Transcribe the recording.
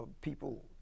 people